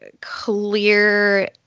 clear